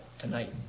tonight